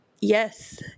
Yes